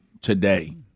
today